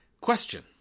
Question